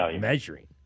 measuring